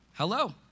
Hello